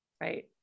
right